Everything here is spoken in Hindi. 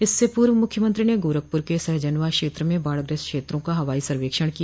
इससे पूर्व मुख्यमंत्री ने गोरखपुर के सहजनवा क्षेत्र में बाढ़ग्रस्त क्षेत्रों का हवाई सर्वेक्षण किया